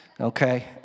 Okay